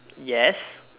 yes